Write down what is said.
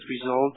result